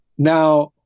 Now